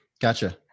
Gotcha